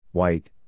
White